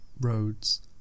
roads